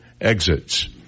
exits